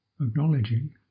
acknowledging